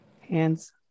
hands